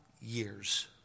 years